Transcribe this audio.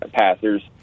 passers